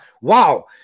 wow